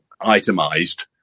itemized